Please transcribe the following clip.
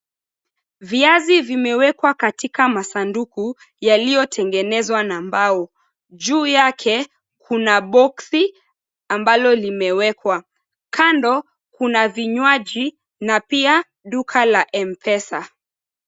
Viazi vimewekwa katika masanduku yaliyotengenezwa na mbao. Juu yake, kuna boksi ambalo limewekwa. Kando, kuna vinywaji na pia duka la M-Pesa.